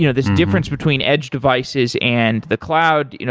you know this difference between edge devices and the cloud,